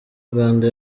uganda